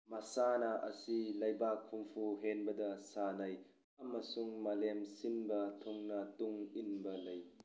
ꯃꯁꯥꯅ ꯑꯁꯤ ꯂꯩꯕꯥꯛ ꯍꯨꯝꯐꯨ ꯍꯦꯟꯕꯗ ꯁꯥꯟꯅꯩ ꯑꯃꯁꯨꯡ ꯃꯥꯂꯦꯝ ꯁꯤꯟꯕ ꯊꯨꯡꯅ ꯇꯨꯡ ꯏꯟꯕ ꯂꯩ